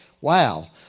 Wow